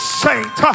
saint